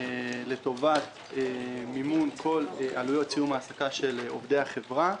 לטובת מימון כל עלויות סיום העסקה של עובדי החברה.